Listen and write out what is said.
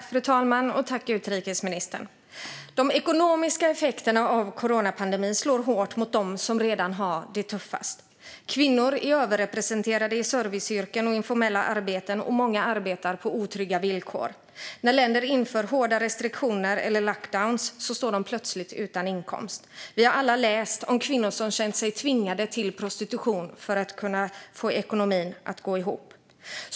Fru talman! De ekonomiska effekterna av coronapandemin slår hårt mot dem som redan har det tuffast. Kvinnor är överrepresenterade i serviceyrken och informella arbeten, och många arbetar med otrygga villkor. När länder inför hårda restriktioner eller lockdowns står de plötsligt utan inkomst. Vi har alla läst om kvinnor som känt sig tvingade till prostitution för att få ekonomin att gå ihop.